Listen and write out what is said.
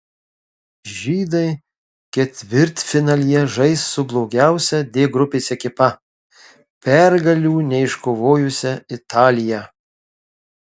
žydai ketvirtfinalyje žais su blogiausia d grupės ekipa pergalių neiškovojusia italija